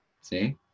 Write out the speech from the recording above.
see